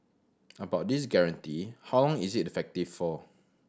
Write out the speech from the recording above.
about this guarantee how long is it effective for